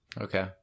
Okay